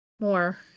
more